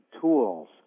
tools